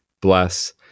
bless